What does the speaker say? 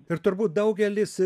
ir turbūt daugelis